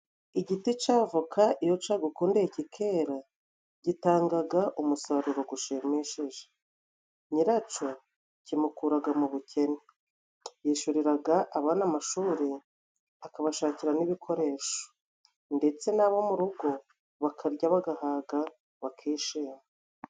Igiti cavoka iyo ca gukundi ki kera gitangaga umusaruro gushimishije, nyiracyo kimukuraga mu bukene, y'ishyuriraga abana amashuri akabashakiramo ibikoresho ndetse n'abo mu rugo bakarya bagahaga bakishima.